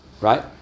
Right